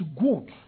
good